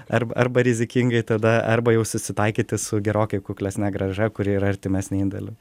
arba rizikingai tada arba jau susitaikyti su gerokai kuklesne grąža kuri yra artimesnė indėliui